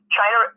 China